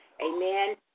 Amen